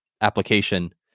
application